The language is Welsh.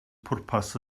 pwrpas